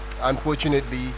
unfortunately